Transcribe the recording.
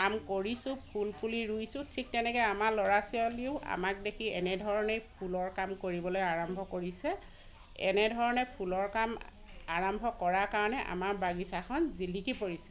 কাম কৰিছোঁ ফুল পুলি ৰুইছোঁ ঠিক তেনেকৈ আমাৰ ল'ৰা ছোৱালীও আমাক দেখি এনেধৰণেই ফুলৰ কাম কৰিবলৈ আৰম্ভ কৰিছে এনেধৰণে ফুলৰ কাম আৰম্ভ কৰাৰ কাৰণে আামাৰ বাগিচাখন জিলিকি পৰিছে